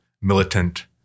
militant